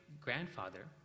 grandfather